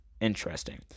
interesting